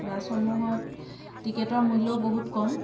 বাছসমূহত টিকেটৰ মূল্যও বহুত কম